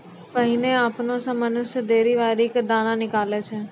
पहिने आपने सें मनुष्य दौरी करि क दाना निकालै छलै